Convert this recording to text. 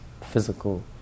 physical